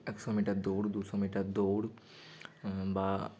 একশো মিটার দৌড় দুশো মিটার দৌড় বা